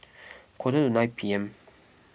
quarter to nine P M